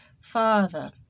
Father